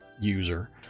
user